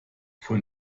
von